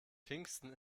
kingston